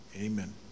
amen